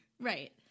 Right